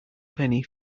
penny